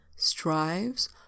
Strives